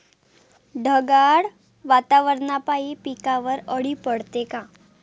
ढगाळ वातावरनापाई पिकावर अळी पडते का?